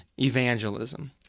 evangelism